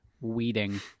weeding